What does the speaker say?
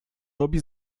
robi